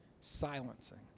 silencing